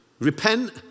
Repent